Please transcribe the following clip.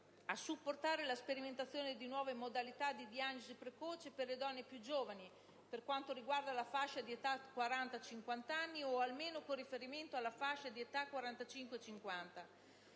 di supportare la sperimentazione di nuove modalità di diagnosi precoce per le donne più giovani (per quanto riguarda la fascia di età 40-50 anni, o almeno con riferimento alla fascia di età 45-50